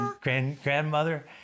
grandmother